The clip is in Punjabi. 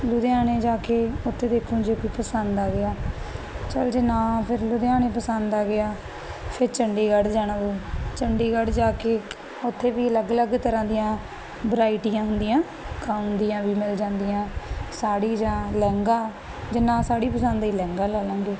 ਲੁਧਿਆਣੇ ਜਾ ਕੇ ਉਥੇ ਦੇਖੋ ਜੇ ਕੋਈ ਪਸੰਦ ਆ ਗਿਆ ਚਲ ਜੇ ਨਾ ਫਿਰ ਲੁਧਿਆਣੇ ਪਸੰਦ ਆ ਗਿਆ ਫਿਰ ਚੰਡੀਗੜ੍ਹ ਜਾਣਾ ਚੰਡੀਗੜ੍ਹ ਜਾ ਕੇ ਉੱਥੇ ਵੀ ਅਲੱਗ ਅਲੱਗ ਤਰ੍ਹਾਂ ਦੀਆਂ ਵਰਾਈਟੀਆਂ ਹੁੰਦੀਆਂ ਗਾਊਨ ਦੀਆਂ ਵੀ ਮਿਲ ਜਾਂਦੀਆਂ ਸਾੜੀ ਜਾਂ ਲਹਿੰਗਾ ਜੇ ਨਾ ਸਾੜੀ ਪਸੰਦ ਆਈ ਲਹਿੰਗਾ ਲੈ ਲਾਂਗੇ